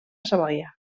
savoia